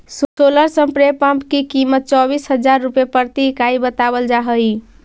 solar spray pump की कीमत चौबीस हज़ार रुपए प्रति इकाई बतावल जा हई